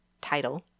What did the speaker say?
title